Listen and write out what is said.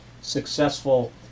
successful